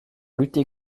lutter